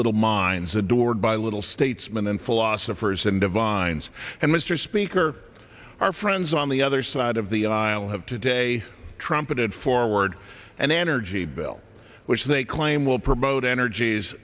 little minds adored by little statesmen and philosophers and divines and mr speaker our friends on the other side of the aisle have today trumpeted forward an energy bill which they claim will promote energies